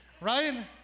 right